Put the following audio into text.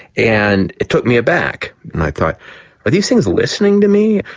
and it took me aback. and i thought are these things listening to me?